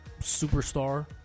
superstar